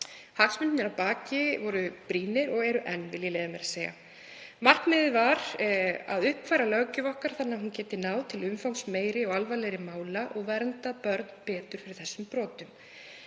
Hagsmunirnir að baki voru brýnir og eru enn, vil ég leyfa mér að segja. Markmiðið var að uppfæra löggjöf okkar þannig að hún gæti náð til umfangsmeiri og alvarlegri mála og verndað börn betur fyrir þessum brotum.